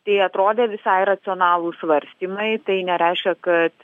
tai atrodė visai racionalūs svarstymai tai nereiškia kad